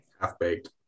Half-baked